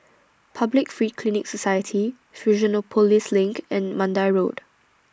Public Free Clinic Society Fusionopolis LINK and Mandai Road